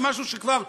זה משהו שכבר,